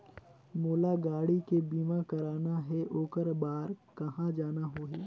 मोला गाड़ी के बीमा कराना हे ओकर बार कहा जाना होही?